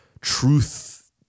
truth